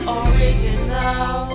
original